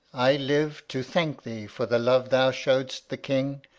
i live to thank thee for the love thou show'dst the king,